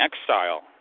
exile